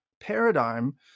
paradigm